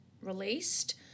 released